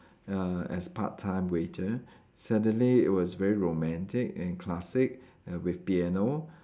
ya as part time waiter suddenly it was very romantic and classic uh with piano